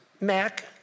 Mac